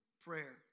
prayer